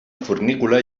fornícula